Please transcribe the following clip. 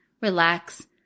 relax